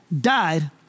died